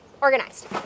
organized